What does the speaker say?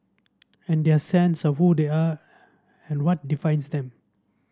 and their sense of who they are and what defines them